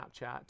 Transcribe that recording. Snapchat